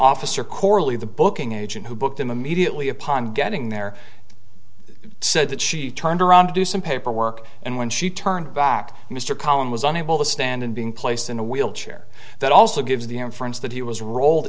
officer corley the booking agent who booked him immediately upon getting there said that she turned around to do some paperwork and when she turned back mr collin was unable to stand and being placed in a wheelchair that also gives the inference that he was rolled